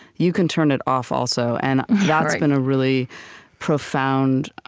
you can turn it off, also, and that's been a really profound